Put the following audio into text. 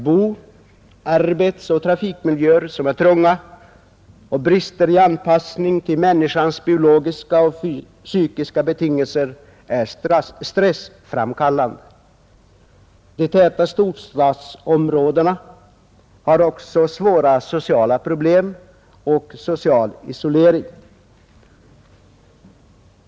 Boende-, arbetsoch trafikmiljöer, som är trånga och brister i anpassning till människans biologiska och psykiska betingelser, är stressframkallande. De täta storstadsområdena har också svåra sociala problem och social isolering.